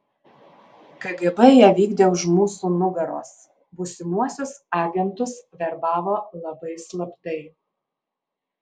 kgb ją vykdė už mūsų nugaros būsimuosius agentus verbavo labai slaptai